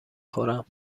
خورم